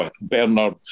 Bernard